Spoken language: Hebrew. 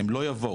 הם לא יבואו.